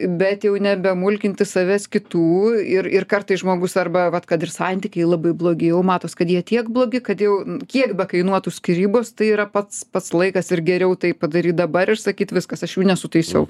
bet jau nebemulkinti savęs kitų ir ir kartais žmogus arba vat kad ir santykiai labai blogi jau matos kad jie tiek blogi kad jau kiek bekainuotų skyrybos tai yra pats pats laikas ir geriau tai padaryt dabar ir sakyt viskas aš jų nesutaisiau